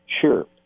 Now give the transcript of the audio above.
sure